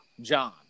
John